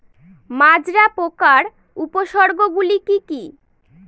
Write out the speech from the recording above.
মাজরা পোকার উপসর্গগুলি কি কি?